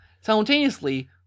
simultaneously